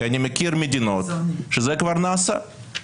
כי אני מכיר מדינות שזה כבר נעשה.